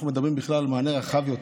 אנחנו מדברים בכלל על מענה רחב יותר,